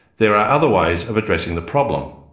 there are other ways of addressing the problem.